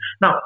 Now